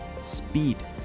Speed